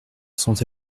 sans